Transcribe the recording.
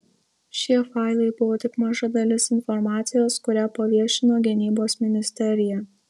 šie failai buvo tik maža dalis informacijos kurią paviešino gynybos ministerija